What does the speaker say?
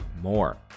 more